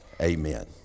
amen